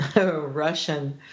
russian